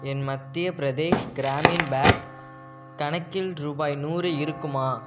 என் Madhya Pradesh Gramin bank கணக்கில் ரூபாய் நூறு இருக்குமா